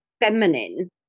feminine